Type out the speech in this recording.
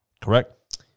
Correct